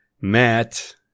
matt